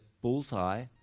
bullseye